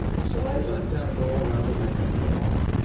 so i let that roll around in my head for a while.